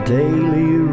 daily